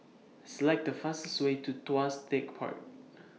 Select The fastest Way to Tuas Tech Park